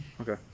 Okay